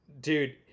Dude